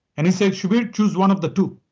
and he said, subir, choose one of the two.